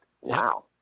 wow